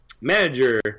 manager